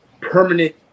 permanent